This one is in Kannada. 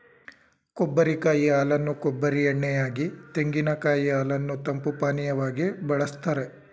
ಕೊಬ್ಬರಿ ಕಾಯಿ ಹಾಲನ್ನು ಕೊಬ್ಬರಿ ಎಣ್ಣೆ ಯಾಗಿ, ತೆಂಗಿನಕಾಯಿ ಹಾಲನ್ನು ತಂಪು ಪಾನೀಯವಾಗಿ ಬಳ್ಸತ್ತರೆ